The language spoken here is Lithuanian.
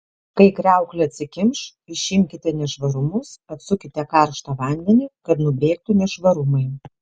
kai kriauklė atsikimš išimkite nešvarumus atsukite karštą vandenį kad nubėgtų nešvarumai